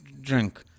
drink